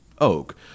oak